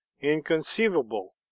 inconceivable